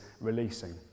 releasing